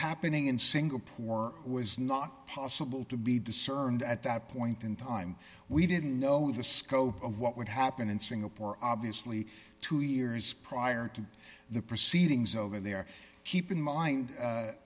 happening in singapore was not possible to be discerned at that point in time we didn't know the scope of what would happen in singapore obviously two years prior to the proceedings over there keep in mind